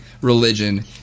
religion